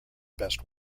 best